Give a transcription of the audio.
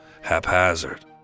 haphazard